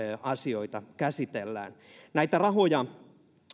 asioitaan käsitellään koska näitä rahoja hoitajamitoitukseen